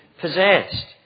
possessed